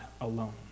alone